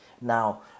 Now